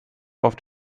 oft